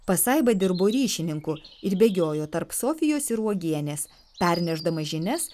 pasaiba dirbo ryšininku ir bėgiojo tarp sofijos ir uogienės pernešdamas žinias